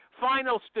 final